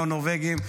לא נורבגים,